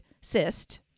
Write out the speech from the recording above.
cyst